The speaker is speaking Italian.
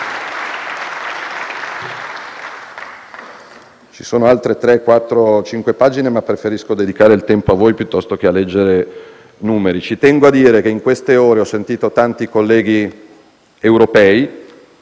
tre, quattro o cinque pagine, ma preferisco dedicare il tempo a voi, piuttosto che a leggere numeri. Ci tengo a dire che in queste ore ho sentito tanti colleghi europei.